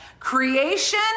Creation